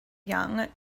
young